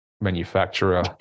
manufacturer